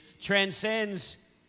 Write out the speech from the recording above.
transcends